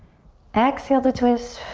exhale to twist.